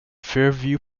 fairview